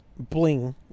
bling